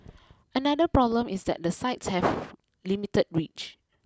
another problem is that the sites have limited reach